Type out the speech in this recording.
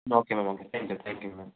okay ma'am okay thank you thank you ma'am